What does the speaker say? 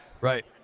right